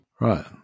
Right